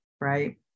right